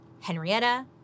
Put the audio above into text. Henrietta